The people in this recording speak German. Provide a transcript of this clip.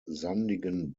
sandigen